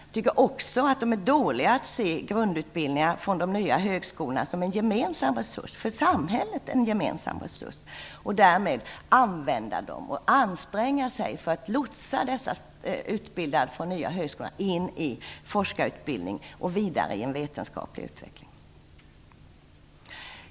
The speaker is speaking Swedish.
Jag tycker också att de är dåliga på att se grundutbildningarna vid de nya högskolorna som en för samhället gemensam resurs och använda dem liksom på att anstränga sig för att lotsa dessa utbildningar in i forskarutbildning och vidare in i en vetenskaplig utveckling.